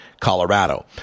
Colorado